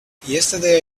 yesterday